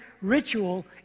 ritual